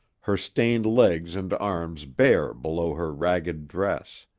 her stained legs and arms bare below her ragged dress,